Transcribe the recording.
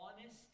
honest